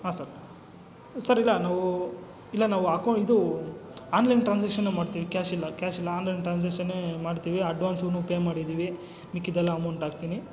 ಹಾಂ sir sir ಇಲ್ಲ ನಾವು ಇಲ್ಲ ನಾವು ಅಕೌ ಇದು ಆನ್ಲೈನ್ ಟ್ರಾನ್ಸಾಕ್ಷನ್ನೆ ಮಾಡ್ತೀವಿ ಕ್ಯಾಶ್ ಇಲ್ಲ ಕ್ಯಾಶ್ ಇಲ್ಲ ಆನ್ಲೈನ್ ಟ್ರಾನ್ಸಾಕ್ಷನ್ನೆ ಮಾಡ್ತೀವಿ ಅಡ್ವಾನ್ಸ್ಗೂ ಪೇ ಮಾಡಿದ್ದೀವಿ ಮಿಕ್ಕೆದ್ದೆಲ್ಲ ಅಮೌಂಟ್ ಹಾಕ್ತೀನಿ